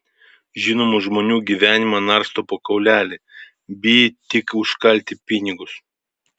žinomų žmonių gyvenimą narsto po kaulelį by tik užkalti pinigus